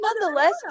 nonetheless